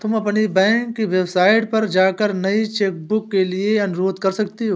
तुम अपनी बैंक की वेबसाइट पर जाकर नई चेकबुक के लिए अनुरोध कर सकती हो